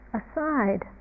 aside